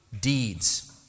deeds